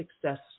success